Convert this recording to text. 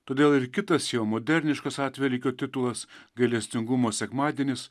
todėl ir kitas jo moderniškas atvelykio titulas gailestingumo sekmadienis